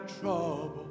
trouble